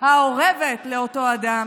האורבת לאותו אדם.